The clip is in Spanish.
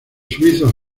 suizo